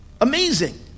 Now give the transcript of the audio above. Amazing